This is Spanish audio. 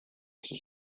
sus